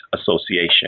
Association